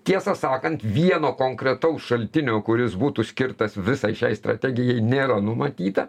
tiesą sakant vieno konkretaus šaltinio kuris būtų skirtas visai šiai strategijai nėra numatyta